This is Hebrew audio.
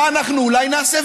מה אנחנו אולי נעשה,